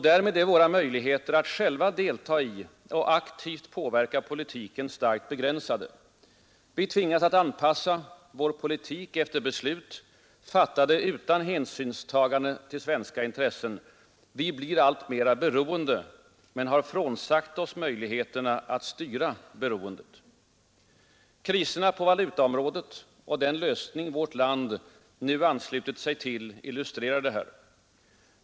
Därmed är våra möjligheter att själva delta i och aktivt påverka politiken starkt begränsade. Vi tvingas att anpassa vår politik efter beslut fattade utan hänsynstagande till svenska intressen. Vi blir alltmer beroende men har frånsagt oss möjligheterna att styra beroendet. Kriserna på valutaområdet och den lösning vårt land nu anslutit sig till illustrerar detta.